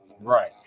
Right